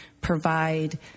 provide